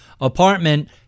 apartment